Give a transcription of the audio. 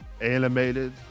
Animated